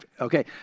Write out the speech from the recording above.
Okay